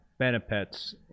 Benefits